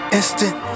instant